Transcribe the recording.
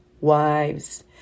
wives